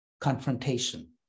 Confrontation